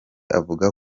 avuga